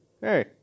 Hey